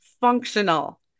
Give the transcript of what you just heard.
functional